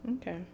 okay